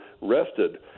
rested